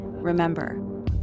Remember